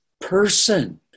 person